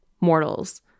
mortals